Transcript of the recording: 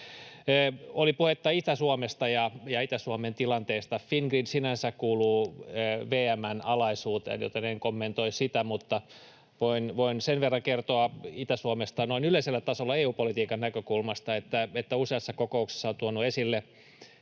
Oli puhetta Itä-Suomesta ja Itä-Suomen tilanteesta. Fingrid sinänsä kuuluu VM:n alaisuuteen, joten en kommentoi sitä, mutta voin sen verran kertoa Itä-Suomesta noin yleisellä tasolla EU-politiikan näkökulmasta, että useassa kokouksessa olen tuonut esille